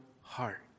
heart